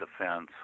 defense